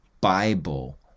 Bible